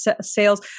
sales